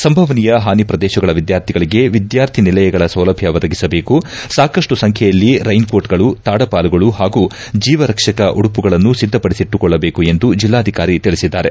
ಸಂಭವಿನೀಯ ಹಾನಿ ಪ್ರದೇಶಗಳ ವಿದ್ವಾರ್ಥಿಗಳಿಗೆ ವಿದ್ವಾರ್ಥಿನಿಲಯಗಳ ಸೌಲಭ್ಯ ಒದಗಿಸಬೇಕು ಸಾಕಷ್ಟು ಸಂಖ್ಯೆಯಲ್ಲಿ ರೈನ್ ಕೋಟ್ಗಳು ತಾಡಪಾಲುಗಳು ಹಾಗೂ ಜೀವರಕ್ಷಕ ಉಡುಮಗಳನ್ನು ಸಿದ್ದಪಡಿಸಿಟ್ಟುಕೊಳ್ಳಬೇಕು ಎಂದು ಜಿಲ್ಲಾಧಿಕಾರಿ ತಿಳಿಸಿದ್ದಾರೆ